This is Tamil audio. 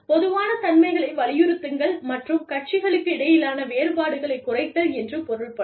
பொதுவான தன்மைகளை வலியுறுத்துங்கள் மற்றும் கட்சிகளுக்கு இடையிலான வேறுபாடுகளைக் குறைத்தல் என்று பொருள் படும்